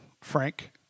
Frank